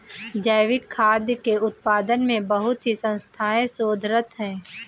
जैविक खाद्य के उत्पादन में बहुत ही संस्थाएं शोधरत हैं